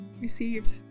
received